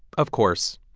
of course,